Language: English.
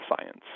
science